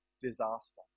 disaster